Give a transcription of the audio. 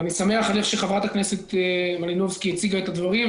איך שחברת הכנסת מלינובסקי הציגה את הדברים,